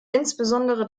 insbesondere